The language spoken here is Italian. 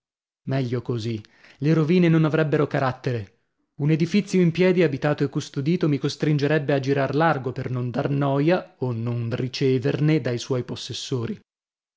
meglio così le rovine non avrebbero carattere un edifizio in piedi abitato e custodito mi costringerebbe a girar largo per non dar noia o non riceverne dai suoi possessori